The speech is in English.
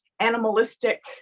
animalistic